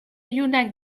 ilunak